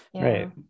Right